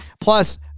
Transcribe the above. Plus